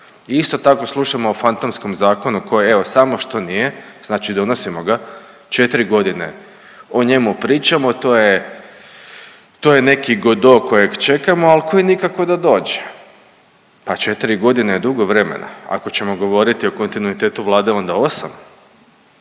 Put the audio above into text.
Isto tako slušamo o fantomskom zakonu koji evo samo što nije, znači donosimo ga 4 godine o njemu pričamo. To je neki Godo kojeg čekamo ali koji nikako da dođe. Pa 4 godine je dugo vremena ako ćemo govoriti o kontinuitetu Vlade onda 8,